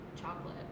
chocolate